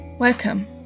Welcome